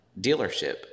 dealership